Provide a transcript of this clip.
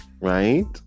Right